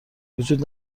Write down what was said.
وجود